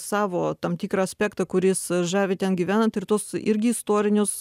savo tam tikrą aspektą kuris žavi ten gyvenant ir tuos irgi istorinius